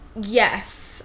yes